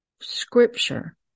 scripture